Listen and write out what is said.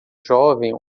jovem